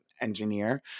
engineer